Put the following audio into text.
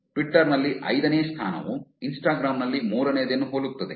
Twitter ನಲ್ಲಿ ಐದನೇ ಸ್ಥಾನವು ಇನ್ಸ್ಟಾಗ್ರಾಮ್ ನಲ್ಲಿ ಮೂರನೆಯದನ್ನು ಹೋಲುತ್ತದೆ